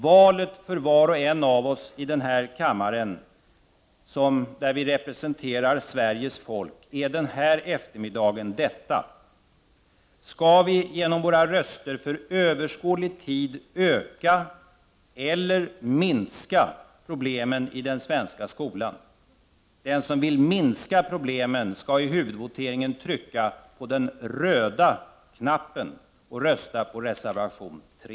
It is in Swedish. Valet för var ocn en av oss i denna kammare — där vi representerar Sveriges folk — gäller den här eftermiddagen följande: Skall vi genom våra röster för överskådlig tid framöver öka eller minska problemen i den svenska skolan? Den som vill minska problemen skall i huvudvoteringen trycka på den röda knappen och rösta på reservation 3.